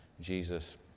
Jesus